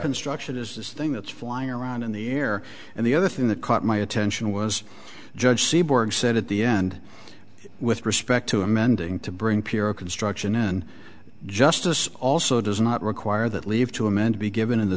instruction is this thing that's flying around in the air and the other thing that caught my attention was judge seeburg said at the end with respect to amending to bring pure construction in justice also does not require that leave to amend be given in the